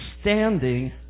standing